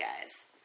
guys